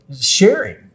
sharing